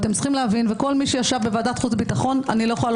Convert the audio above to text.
כל מי שיושב בוועדת חוץ וביטחון - אני לא יכולה